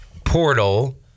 portal